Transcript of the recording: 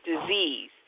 disease